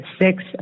six